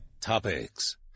Topics